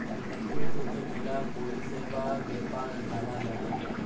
ব্যাংকের থাক্যে ম্যালা পরিষেবার বেপার জালা যায়